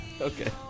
Okay